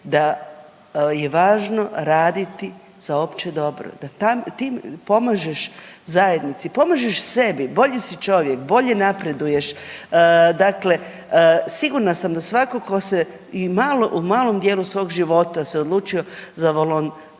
da je važno raditi za opće dobro. Da tim pomažeš zajednici, pomažeš sebi, bolji si čovjek, bolje napreduješ, dakle, sigurna sam da svatko tko se i u malom dijelu svog života se odlučio da bude